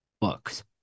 books